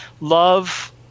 love